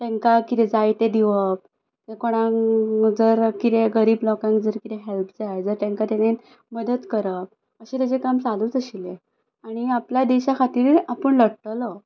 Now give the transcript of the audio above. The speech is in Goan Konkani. तेंकां कितें जाय तें दिवप वा कोणाक जर कितेंय गरीब लोकांक जर कितेंय हेल्प जाय जाल्यार तेंकां तेणेन मदत करप अशें तेजें काम चालूच आशिल्लें आनी आपल्या देशा खातीर आपूण लडटलो